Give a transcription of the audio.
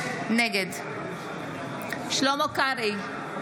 נגד שלמה קרעי,